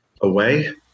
away